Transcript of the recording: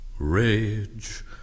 Rage